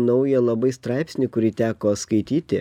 naują labai straipsnį kurį teko skaityti